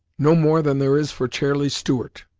no more than there is for chairlie stuart!